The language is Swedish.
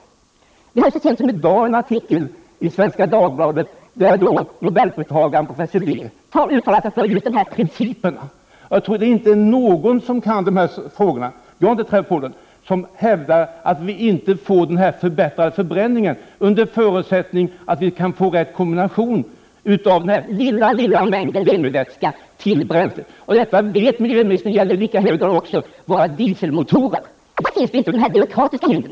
I dag finns det en artikel i Svenska Dagbladet, där Nobelpristagaren i kemi professor Yuan T Lee, uttalar sig för just dessa principer. Jag tror inte att någon som behärskar dessa frågor hävdar — jag har i varje fall inte träffat någon som gör det — att vi inte uppnår en förbättrad förbränning, men då under förutsättning att det blir rätt kombination när det gäller den mycket lilla mängd Lemi-vätska som behöver tillföras bränsle. Miljöministern vet att detta i lika hög grad gäller våra dieselmotorer. Men i det avseendet finns det inte några byråkratiska hinder.